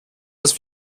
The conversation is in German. das